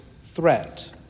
threat